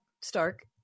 Stark